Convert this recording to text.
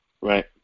Right